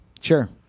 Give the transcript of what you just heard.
Sure